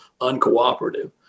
uncooperative